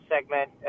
segment